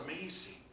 amazing